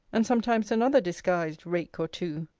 and sometimes another disguised rake or two.